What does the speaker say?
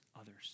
others